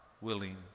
willing